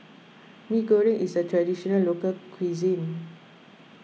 Mee Goreng is a Traditional Local Cuisine